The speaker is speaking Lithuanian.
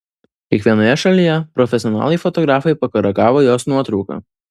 kiekvienoje šalyje profesionalai fotografai pakoregavo jos nuotrauką